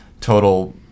total